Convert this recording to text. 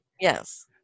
Yes